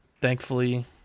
thankfully